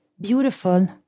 beautiful